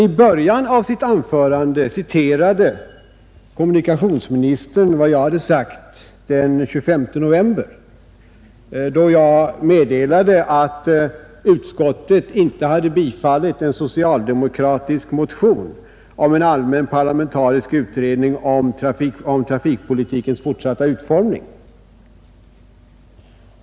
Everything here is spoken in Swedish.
I början av anförandet citerade kommunikationsministern vad jag hade sagt den 25 november, då jag meddelade att utskottet inte hade tillstyrkt en socialdemokratisk motion om en allmän parlamentarisk utredning om trafikpolitikens fortsatta utformning.